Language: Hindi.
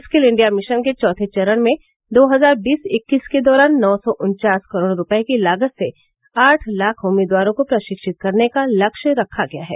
स्किल इंडिया मिशन के चौथे चरण में दो हजार बीस इक्कीस के दौरान नौ सौ उनचास करोड़ रुपये की लागत से आठ लाख उम्मीदवारों को प्रशिक्षित करने का लक्ष्य रखा गया है